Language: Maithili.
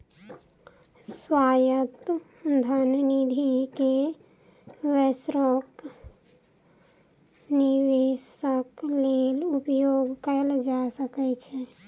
स्वायत्त धन निधि के वैश्विक निवेशक लेल उपयोग कयल जा सकै छै